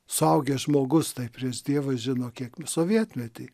suaugęs žmogus taip prieš dievą žino kiek sovietmetį